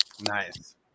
Nice